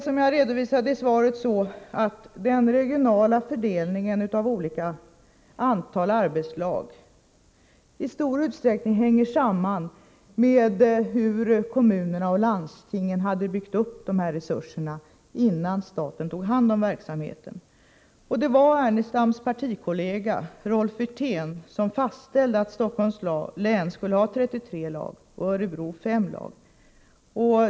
Som jag redovisat i svaret hänger den regionala fördelningen av olika antal arbetslag i stor utsträckning samman med hur kommunerna och landstingen hade byggt upp dessa resurser innan staten tog hand om verksamheten. Det var Lars Ernestams partikollega Rolf Wirtén som fastställde att Stockholms län skulle ha 33 lag och Örebro 5 lag.